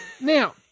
Now